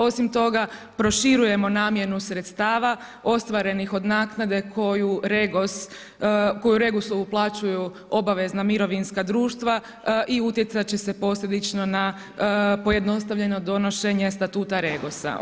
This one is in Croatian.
Osim toga, proširujemo namjenu sredstava, ostvarenih od naknade koju u REGOS uplaćuju obavezna mirovinska društva i utjecati će se posljedično na pojednostavljeno donošenje statuta REGOS-a.